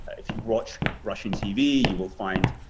if you watch russian tv you will find